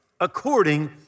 according